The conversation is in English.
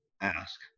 ask